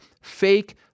Fake